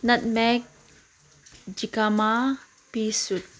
ꯅꯠꯃꯦꯛ ꯖꯤꯀꯥꯃꯥ ꯄꯤ ꯁꯨꯠ